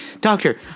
doctor